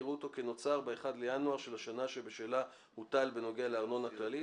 יראו אותו כנוצר ב-1 בינואר של השנה שבשלה הוטל בנוגע לארנונה כללית,